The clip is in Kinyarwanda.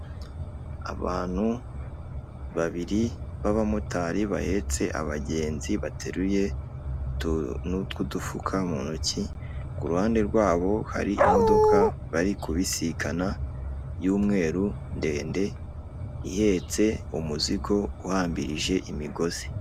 Aabantu babiri babamotari bahetse abagenzi bateruye nutuntu tw’ udufuka mu ntoki ku ruhande rwabo hari imodoka bari kubisikana y'umweru ndende ihetse umuzigo uhambirije imigozi.